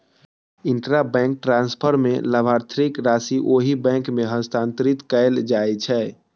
intrabank transfer मे लाभार्थीक राशि ओहि बैंक मे हस्तांतरित कैल जाइ छै